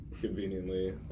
conveniently